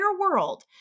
world